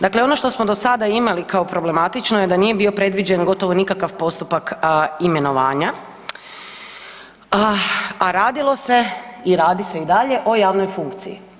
Dakle, ono što smo do sada imali kao problematično, da nije bio predviđen gotovo nikakav postupak imenovanja, a radilo se i radi se i dalje o javnoj funkciji.